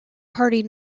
party